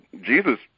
Jesus